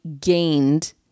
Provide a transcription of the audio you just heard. gained